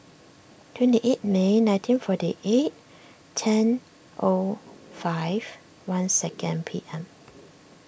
twenty eight May nineteen forty eight ten O five one second P M